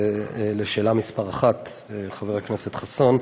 לשאלה מס' 1: חבר הכנסת חסון,